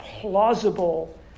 plausible